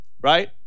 right